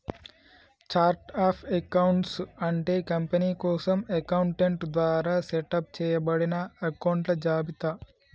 chart of accounts అంటే company కోసం accountant ద్వారా సెటప్ చేయబడిన అకొంట్ల జాబితా